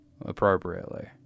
appropriately